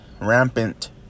rampant